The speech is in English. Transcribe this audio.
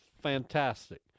fantastic